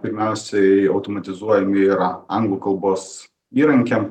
pirmiausiai automatizuojami yra anglų kalbos įrankiam